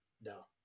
No